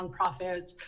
nonprofits